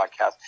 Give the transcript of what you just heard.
Podcast